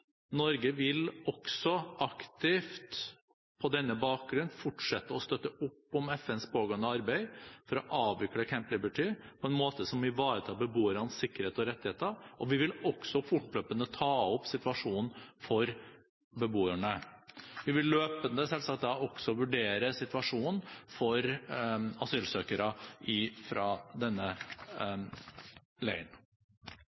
Norge vil også aktivt på denne bakgrunn fortsette å støtte opp om FNs pågående arbeid for å avvikle Camp Liberty på en måte som ivaretar beboernes sikkerhet og rettigheter, og vi vil også fortløpende ta opp situasjonen for beboerne. Vi vil løpende selvsagt også vurdere situasjonen for asylsøkere fra denne